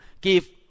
give